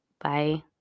Bye